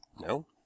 No